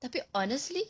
tapi honestly